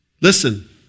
Listen